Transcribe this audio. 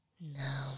No